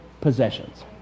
possessions